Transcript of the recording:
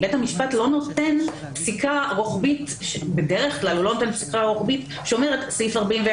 בית המשפט בדרך כלל לא נותן פסיקה רוחבית שאומרת שסעיף 41